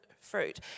fruit